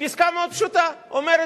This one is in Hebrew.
עסקה מאוד פשוטה: אומרת,